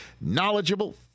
knowledgeable